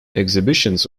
exhibitions